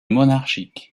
monarchique